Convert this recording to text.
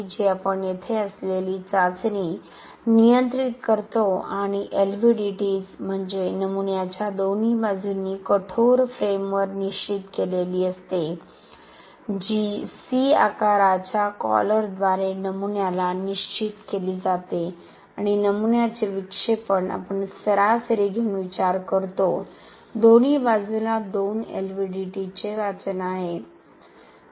जी आपण येथे असलेली चाचणी नियंत्रित करतो आणि LVDTs म्हणजे नमुन्याच्या दोन्ही बाजूंनी कठोर फ्रेमवर निश्चित केलेली असते जी C आकाराच्या कॉलरद्वारे नमुन्याला निश्चित केली जाते आणि नमुन्याचे विक्षेपण आपण दोन्ही बाजूला दोन LVDT चे वाचन सरासरी घेऊन विचार करतो